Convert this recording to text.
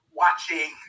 watching